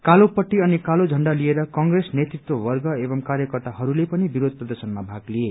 कालो पट्टी अनिकालो झण्डा लिएर कंग्रेस नेतृत्व वर्ग एवं कार्यकर्ताहस्ले पनि विरोध प्रदर्शनमा भाग लिए